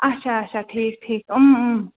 اَچھا اَچھا ٹھیٖک ٹھیٖک